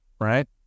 right